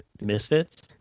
Misfits